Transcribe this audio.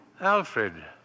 Alfred